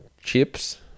chips